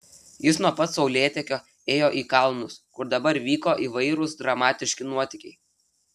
jis nuo pat saulėtekio ėjo į kalnus kur dabar vyko įvairūs dramatiški nuotykiai